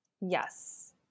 Yes